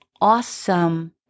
awesome